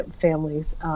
families